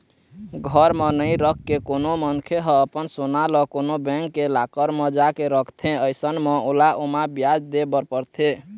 घर म नइ रखके कोनो मनखे ह अपन सोना ल कोनो बेंक के लॉकर म जाके रखथे अइसन म ओला ओमा बियाज दे बर परथे